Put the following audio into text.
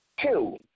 two